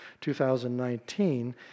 2019